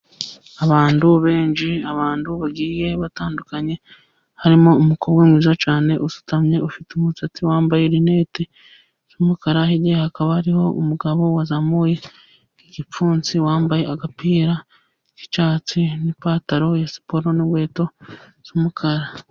Abantu benshi, abantu bagiye batandukanye. Harimo umukobwa mwiza cyane, usutamye, ufite umusatsi, wambaye linete z'umukara. Hirya, hakaba hariho umugabo wazamuye igipfunsi, wambaye agapira k’icyatsi, n’ipantaro ya siporo, n’inkweto z’umukara.